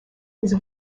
his